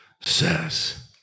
says